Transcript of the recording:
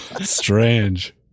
Strange